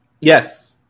yes